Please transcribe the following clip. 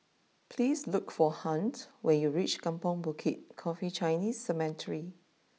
please look for Hunt when you reach Kampong Bukit Coffee Chinese Cemetery